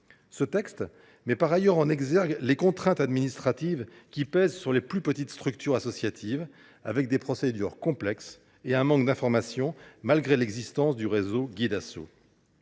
Ce texte met par ailleurs en exergue les contraintes administratives qui pèsent sur les plus petites structures associatives, avec des procédures complexes et un manque d’information malgré l’existence du réseau Guid’Asso.